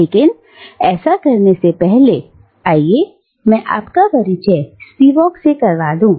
लेकिन ऐसा करने से पहले आइए मैं आपका परिचय स्पीवक से करवा दूं